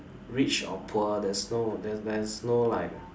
rich or poor there's no there's there's no like